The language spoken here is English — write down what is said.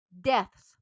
deaths